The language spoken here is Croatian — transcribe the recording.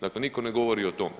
Dakle, nitko ne govori o tome.